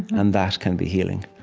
and that can be healing,